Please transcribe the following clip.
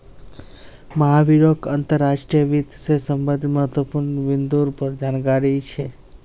महावीरक अंतर्राष्ट्रीय वित्त से संबंधित महत्वपूर्ण बिन्दुर पर जानकारी छे